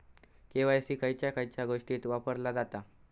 KYC खयच्या खयच्या गोष्टीत वापरला जाता?